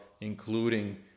including